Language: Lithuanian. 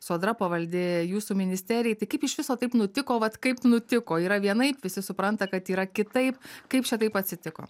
sodra pavaldi jūsų ministerijai tai kaip iš viso taip nutiko vat kaip nutiko yra vienaip visi supranta kad yra kitaip kaip čia taip atsitiko